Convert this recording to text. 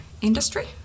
industry